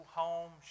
home